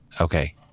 Okay